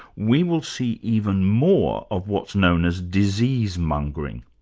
we will see even more of what's known as disease-mongering.